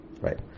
Right